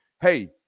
hey